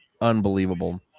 Unbelievable